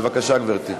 בבקשה, גברתי.